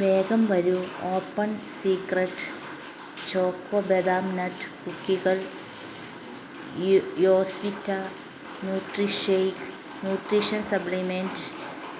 വേഗം വരൂ open secret choco badam nut കുക്കികൾ യോ യോ സ്വിറ്റ ന്യൂട്രിഷേക്ക് ന്യൂട്രീഷൻ സപ്ലിമെൻ്റ്